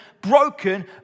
broken